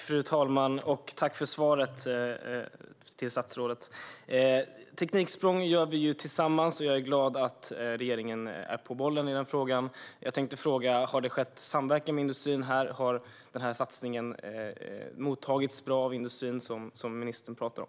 Fru talman! Jag tackar statsrådet för svaret. Tekniksprång gör vi tillsammans, och jag är glad att regeringen är på bollen i den frågan. Har detta skett i samverkan med industrin? Har denna satsning mottagits väl av de industrier som ministern talar om?